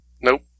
Nope